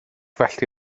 felly